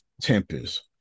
tempest